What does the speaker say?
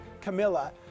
Camilla